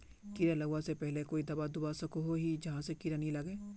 कीड़ा लगवा से पहले कोई दाबा दुबा सकोहो ही जहा से कीड़ा नी लागे?